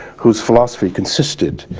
whose philosophy consisted